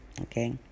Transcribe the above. Okay